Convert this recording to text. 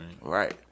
Right